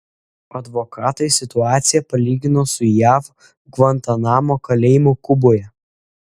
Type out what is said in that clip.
advokatai situaciją palygino su jav gvantanamo kalėjimu kuboje